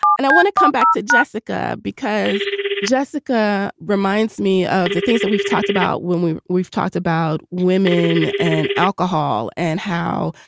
and i want to come back to jessica because jessica reminds me of the things that we've talked about when we've we've talked about women and alcohol and how,